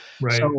Right